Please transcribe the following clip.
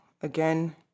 Again